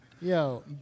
Yo